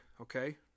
okay